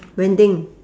vending